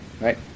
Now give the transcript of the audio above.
right